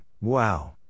wow